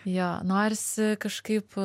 jo norisi kažkaip